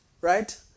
Right